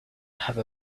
have